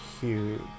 huge